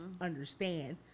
understand